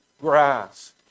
grass